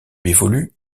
évolue